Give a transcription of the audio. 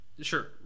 sure